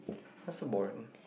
why so boring